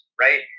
right